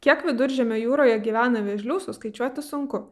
kiek viduržemio jūroje gyvena vėžlių suskaičiuoti sunku